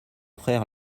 frère